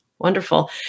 wonderful